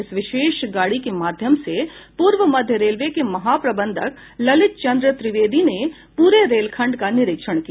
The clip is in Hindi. इस विशेष गाड़ी के माध्यम से पूर्व मध्य रेलवे के महा प्रबंधक ललित चंद्र त्रिवेदी ने पूरे रेलखंड का निरीक्षण किया